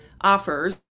offers